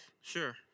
Sure